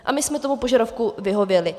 A my jsme tomu požadavku vyhověli.